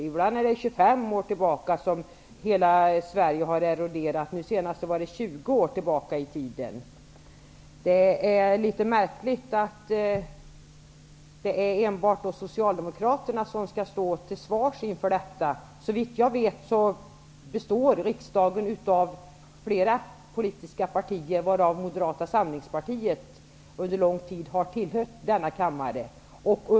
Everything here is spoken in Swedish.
Ibland är det sedan 25 år tillbaka som hela Sverige har eroderat och nu senast var det sedan 20 år tillbaka i tiden. Det är märkligt att det enbart är Socialdemokraterna som skall stå till svars för detta. Såvitt jag förstår består riksdagen av flera politiska partier, varav Moderata samlingspartiet under lång tid har tillhört denna kammare.